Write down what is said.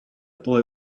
boy